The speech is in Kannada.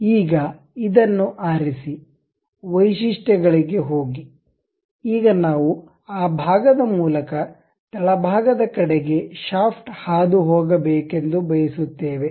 ಈಗ ಇದನ್ನು ಆರಿಸಿ ವೈಶಿಷ್ಟ್ಯಗಳಿಗೆ ಹೋಗಿ ಈಗ ನಾವು ಆ ಭಾಗದ ಮೂಲಕ ತಳಭಾಗದ ಕಡೆಗೆ ಶಾಫ್ಟ್ ಹಾದುಹೋಗ ಬೇಕೆಂದು ಬಯಸುತ್ತೇವೆ